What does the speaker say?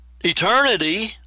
eternity